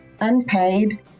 unpaid